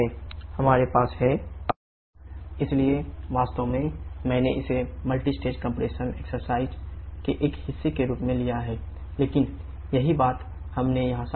हमारे पास है P2P1P4P18 इसलिए वास्तव में मैंने इसे मल्टीस्टेज कम्प्रेशन एक्सरसाइज के एक हिस्से के रूप में लिया है लेकिन यही बात हमने यहां साबित की है